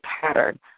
pattern